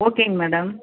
ஓகேங்க மேடம்